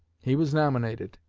he was nominated,